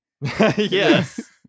Yes